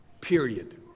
period